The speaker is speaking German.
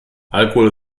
alkohol